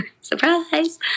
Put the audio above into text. Surprise